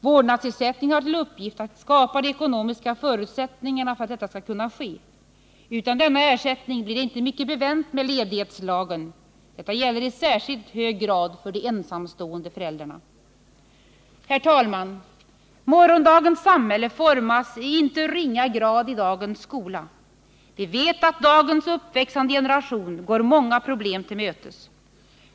Vårdnadsersättningen har till uppgift att skapa de ekonomiska förutsättningarna för att detta skall kunna ske. Utan denna ersättning blir det inte mycket bevänt med ledighetslagen. Detta gäller i särskilt hög grad de ensamstående föräldrarna. Herr talman! Morgondagens samhälle formas i inte ringa grad i dagens skola. Vi vet att dagens uppväxande generation går många problem till mötes.